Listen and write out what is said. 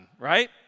right